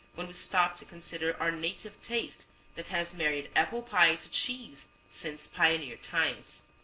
when we stop to consider our native taste that has married apple pie to cheese since pioneer times.